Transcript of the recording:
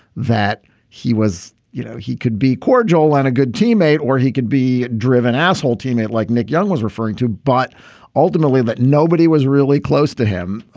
that he was you know, he could be cordial and a good teammate or he could be driven asshole teammate like nick young was referring to, but ultimately that nobody was really close to him.